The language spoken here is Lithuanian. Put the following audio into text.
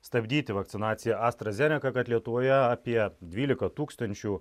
stabdyti vakcinaciją astra zeneka kad lietuvoje apie dvylika tūkstančių